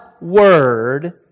word